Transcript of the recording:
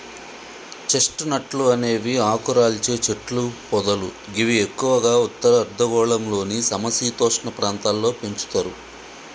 chest నట్లు అనేవి ఆకురాల్చే చెట్లు పొదలు గివి ఎక్కువగా ఉత్తర అర్ధగోళంలోని సమ శీతోష్ణ ప్రాంతాల్లో పెంచుతరు